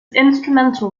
instrumental